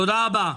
תודה רבה.